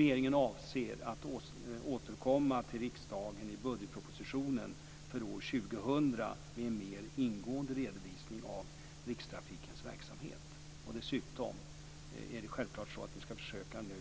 Regeringen avser att återkomma till riksdagen i budgetpropositionen för år 2000 med en mer ingående redovisning av Rikstrafikens verksamhet. När det gäller Västkustbanan skall dessutom